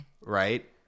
Right